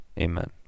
Amen